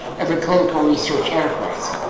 and the clinical research enterprise.